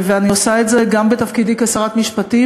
ואני עושה את זה גם בתפקידי כשרת משפטים,